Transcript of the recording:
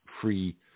free